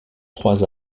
trois